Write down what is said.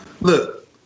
Look